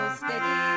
steady